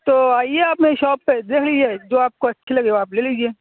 تو آئیے آپ میری شاپ پہ دیکھ لیجیے جو آپ کو اچھی لگے وہ آپ لے لیجیے